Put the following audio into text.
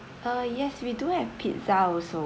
uh yes we do have pizza also